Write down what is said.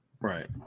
Right